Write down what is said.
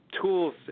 tools